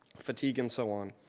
fatigue and so on.